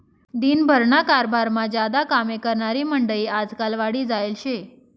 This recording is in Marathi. दिन भरना कारभारमा ज्यादा कामे करनारी मंडयी आजकाल वाढी जायेल शे